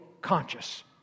conscious